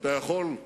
ואתה יכול להגיע